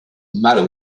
matter